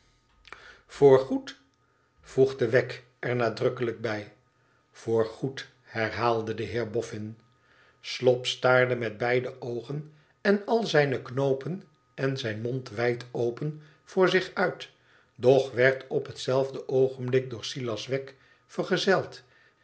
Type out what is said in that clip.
voorgoed voegde wegg er oadrukkelijk bij voorgoed herhaalde de heer boffio slop staarde met beide oogen ed al zijne knoopen en zijn mond wijd open voor zich uit doch werd op hetzelfde oogenblik door silas wegg vergezeld